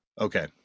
Okay